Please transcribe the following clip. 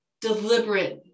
deliberate